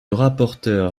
rapporteur